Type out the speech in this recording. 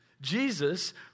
Jesus